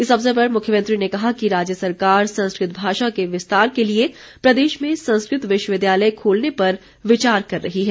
इस अवसर पर मुख्यमंत्री ने कहा कि राज्य सरकार संस्कृत भाषा के विस्तार के लिए प्रदेश में संस्कृत विश्वविद्यालय खोलने पर विचार कर रही है